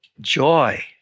joy